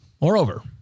Moreover